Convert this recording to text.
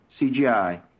CGI